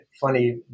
funny